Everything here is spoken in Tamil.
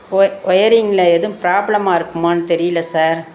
ஒய் ஒயரிங்கில் எதுவும் ப்ராப்ளமாக இருக்குமான்னு தெரியிலை சார்